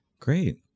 Great